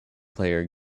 player